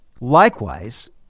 Likewise